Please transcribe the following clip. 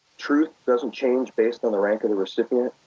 truth doesn't change based on the rank of the recipient.